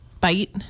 bite